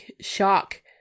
shock